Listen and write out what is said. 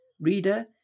Reader